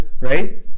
right